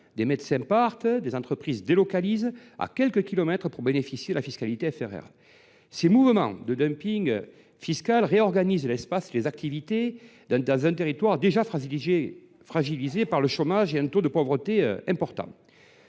des médecins partent et des entreprises délocalisent leurs activités à quelques kilomètres pour bénéficier de la fiscalité propre aux zones FRR. Ces mouvements de dumping fiscal réorganisent l’espace et les activités dans un territoire déjà fragilisé par le chômage et un taux de pauvreté important.